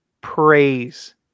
praise